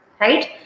Right